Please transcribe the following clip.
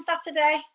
Saturday